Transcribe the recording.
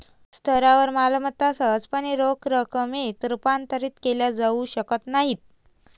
स्थावर मालमत्ता सहजपणे रोख रकमेत रूपांतरित केल्या जाऊ शकत नाहीत